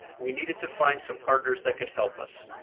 we needed to find some partners that could help us.